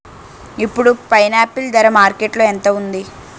ఇప్పుడు పైనాపిల్ ధర మార్కెట్లో ఎంత ఉంది?